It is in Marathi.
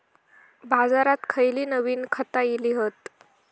बाजारात खयली नवीन खता इली हत?